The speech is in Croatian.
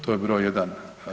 To je broj jedan.